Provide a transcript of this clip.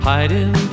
Hiding